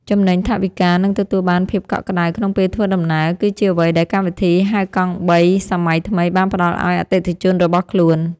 ចំណេញថវិកានិងទទួលបានភាពកក់ក្តៅក្នុងពេលធ្វើដំណើរគឺជាអ្វីដែលកម្មវិធីហៅកង់បីសម័យថ្មីបានផ្ដល់ឱ្យអតិថិជនរបស់ខ្លួន។